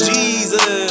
Jesus